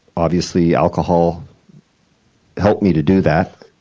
obviously, alcohol helped me to do that.